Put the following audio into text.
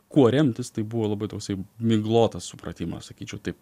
kuo remtis tai buvo labai toksai miglotas supratimas sakyčiau taip